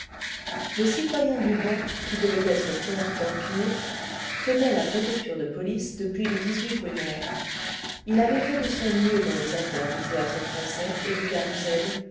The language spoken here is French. le citoyen dubois qui devait être comte d'empire tenait la préfecture de police depuis le brumaire il avait fait de son mieux dans les affaires du théâtre-français et du carousel